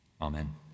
Amen